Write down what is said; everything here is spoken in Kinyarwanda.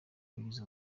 wabigize